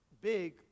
big